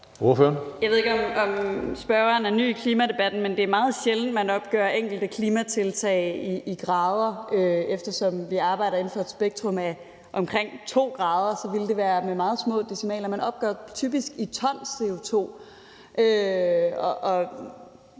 Jeg ved ikke, om spørgeren er ny i klimadebatten, men det er meget sjældent, man opgør enkelte klimatiltag i grader. Eftersom vi arbejder inden for et spektrum af omkring 2 grader, ville det være med meget små decimaler. Man opgør typisk i ton CO2.